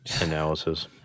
Analysis